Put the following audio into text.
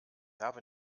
habe